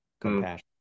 compassion